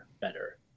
better